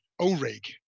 Oreg